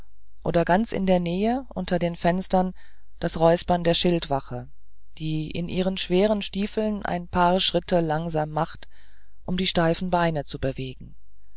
oder ganz in der nähe unter den fenstern das räuspern der schildwache die in ihren schweren stiefeln ein paar schritte langsam macht um die steifen beine zu bewegen